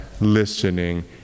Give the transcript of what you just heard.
listening